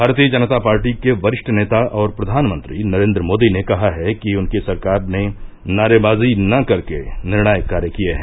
भारतीय जनता पार्टी के वरिष्ठ नेता और प्रधानमंत्री नरेन्द्र मोदी ने कहा है कि उनकी सरकार ने नारेबाजी न करके निर्णायक कार्य किए हैं